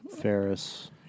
Ferris